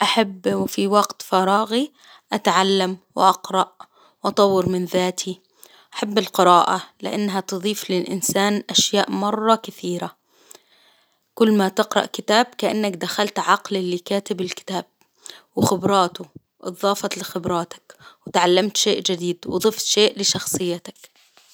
أحب و في وقت فراغي أتعلم وأقرأ وأطور من أحب القراءة لإنها تظيف للإنسان أشياء مرة كثيرة، كل ما تقرأ كتاب كإنك دخلت عقل اللي كاتب الكتاب، وخبراته أتظافت لخبراتك، وتعلمت شيء جديد وضفت شيء لشخصيتك.